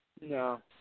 No